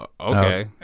okay